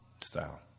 style